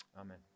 Amen